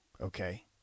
Okay